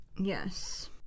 Yes